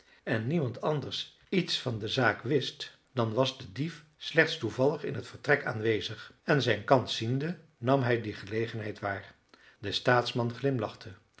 en niemand anders iets van de zaak wist dan was de dief slechts toevallig in het vertrek aanwezig en zijn kans ziende nam hij die gelegenheid waar de staatsman glimlachte